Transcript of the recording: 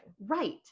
right